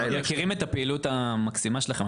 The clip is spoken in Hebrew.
אנחנו מכירים את הפעילות המקסימה שלכם,